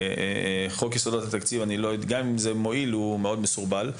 חוק יסודות התקציב גם אם הוא מועיל הוא מאוד מסורבל,